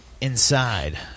inside